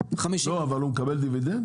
רוצה הוא לא מקבל שום דבר מהאוצר,